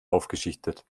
aufgeschichtet